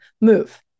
move